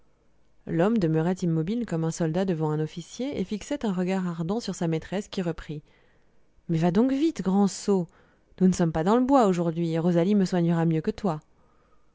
l'homme demeurait immobile comme un soldat devant un officier et fixait un regard ardent sur sa maîtresse qui reprit mais va donc vite grand sot nous ne sommes pas dans le bois aujourd'hui et rosalie me soignera mieux que toi